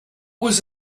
was